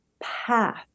path